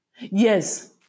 Yes